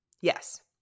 Yes